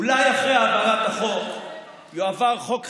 אולי אחרי העברת החוק יועבר חוק חדש,